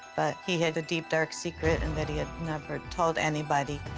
but he had a deep, dark secret and that he had never told anybody.